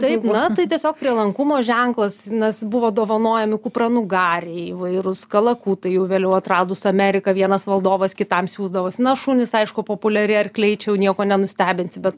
taip na tai tiesiog prielankumo ženklas nes buvo dovanojami kupranugariai įvairūs kalakutai jau vėliau atradus ameriką vienas valdovas kitam siųsdavos na šunys aišku populiari arkliai čia jau nieko nenustebinsi bet